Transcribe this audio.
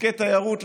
עסקי תיירות,